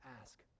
ask